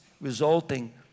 resulting